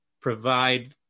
provide